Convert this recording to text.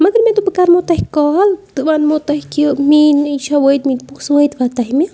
مگر مےٚ دوٚپ بہٕ کَرمو تۄہہِ کال تہٕ وَنمو تۄہہِ کہِ میٛٲنۍ یہِ چھا وٲتۍ مٕتۍ پۄنٛسہٕ وٲتِوا تۄہہِ مےٚ